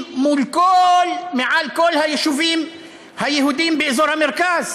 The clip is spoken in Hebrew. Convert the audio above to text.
מעל כל היישובים היהודיים באזור המרכז.